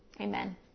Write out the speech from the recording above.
Amen